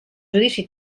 judici